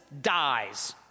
dies